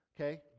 Okay